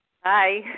Hi